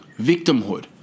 victimhood